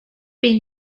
been